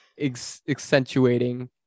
accentuating